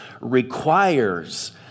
requires